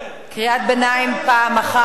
קריאת ביניים פעם אחת.